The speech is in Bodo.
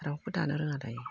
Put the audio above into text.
रावबो दानो रोङा दायो